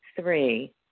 Three